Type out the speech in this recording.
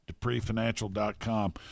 DupreeFinancial.com